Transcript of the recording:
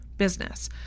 business